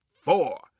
four